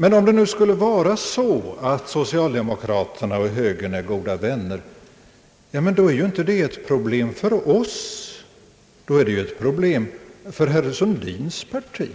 Men om det nu skulle vara så att socialdemokra terna och högern är goda vänner, då är ju inte det ett problem för oss, det är ett problem för herr Sundins parti.